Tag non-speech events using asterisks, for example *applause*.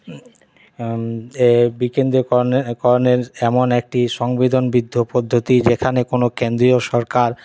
*unintelligible* বিকেন্দ্রীকরণের করণের এমন একটি সংবেদন বিদ্ধ পদ্ধতি যেখানে কোনো কেন্দ্রীয় সরকার